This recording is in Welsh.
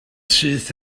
syth